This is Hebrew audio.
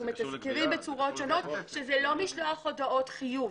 מתזכרים בצורות שונות שזה לא משלוח הודעות חיוב.